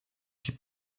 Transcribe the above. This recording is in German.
die